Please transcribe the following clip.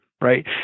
right